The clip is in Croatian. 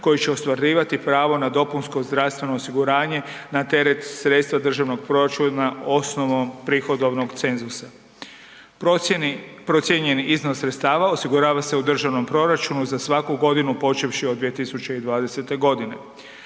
koji će ostvarivati pravo na dopunsko zdravstvo osiguranje na teret sredstva državnog proračuna osnovom prihodovnog cenzusa. Procijeni, procijenjeni iznos sredstava osigurava se u državnom proračunu za svaku godinu počevši od 2020.g.